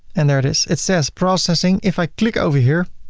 and there it is. it says processing. if i click over here.